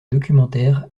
documentaire